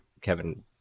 Kevin